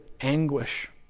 anguish